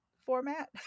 format